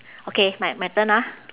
okay my my turn ah